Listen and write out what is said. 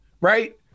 Right